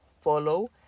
follow